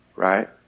Right